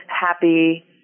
happy